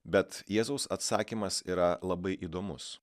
bet jėzaus atsakymas yra labai įdomus